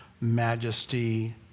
majesty